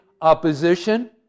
opposition